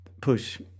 push